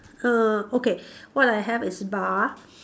err okay what I have is bar